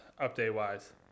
update-wise